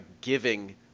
giving